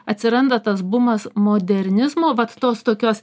atsiranda tas bumas modernizmo vat tos tokios